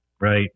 Right